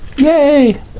Yay